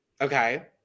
Okay